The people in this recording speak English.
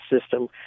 system